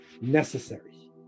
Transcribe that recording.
necessary